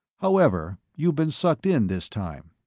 however, you've been sucked in, this time.